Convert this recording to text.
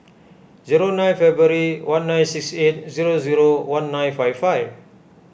zero nine February one nine six eight zero zero one nine five five